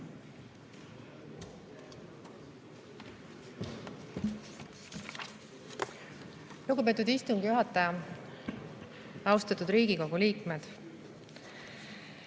Lugupeetud istungi juhataja! Austatud Riigikogu liikmed!